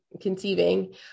conceiving